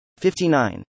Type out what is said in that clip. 59